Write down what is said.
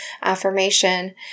affirmation